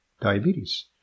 diabetes